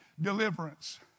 deliverance